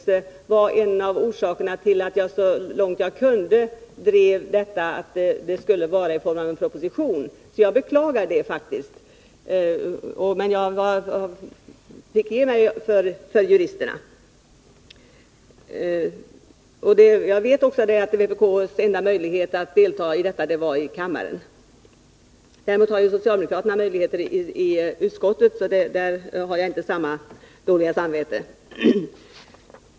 Just detta faktum var en av orsakerna till att jag så långt jag kunde drev kravet på att det skulle läggas fram en proposition, men jag fick ge mig för juristerna, och jag beklagar det. Jag vet också att vpk:s enda möjlighet att delta i diskussionerna var här i kammaren. Däremot har socialdemokraterna möjligheter att argumentera och avge reservationer i utskottet, och för dem har jag inte samma dåliga samvete.